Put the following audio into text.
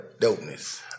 Dopeness